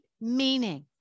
meaning